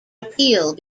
appeal